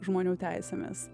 žmonių teisėmis